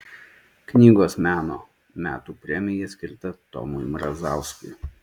knygos meno metų premija skirta tomui mrazauskui